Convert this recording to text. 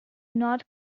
not